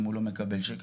אם הוא לא מקבל שקל',